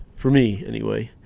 for me anyway.